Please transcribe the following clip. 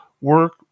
work